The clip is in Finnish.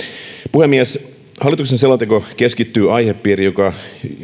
puhemies hallituksen selonteko keskittyy aihepiiriin joka